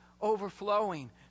Overflowing